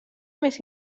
més